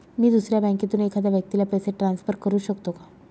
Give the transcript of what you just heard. मी दुसऱ्या बँकेतून एखाद्या व्यक्ती ला पैसे ट्रान्सफर करु शकतो का?